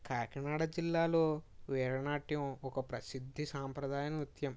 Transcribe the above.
కాకినాడ జిల్లాలో వీర నాట్యం ఒక ప్రసిద్ధి సాంప్రదాయ నృత్యం